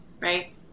right